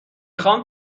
خوام